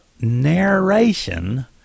narration